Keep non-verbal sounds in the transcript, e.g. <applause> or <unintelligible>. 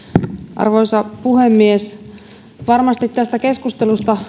arvoisa puhemies varmasti tästä keskustelusta <unintelligible>